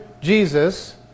Jesus